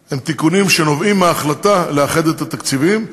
הם תיקונים שנובעים מההחלטה לאחד את התקציבים.